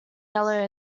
yellow